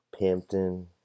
Pampton